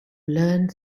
learned